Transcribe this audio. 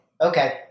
Okay